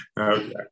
Okay